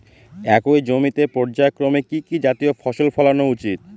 একই জমিতে পর্যায়ক্রমে কি কি জাতীয় ফসল ফলানো উচিৎ?